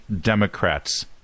democrats